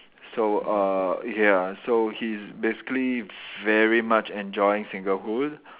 so uh ya so he is basically very much enjoying singlehood